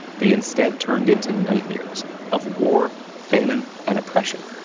they instead turned into nightmares of war, famine, and oppression.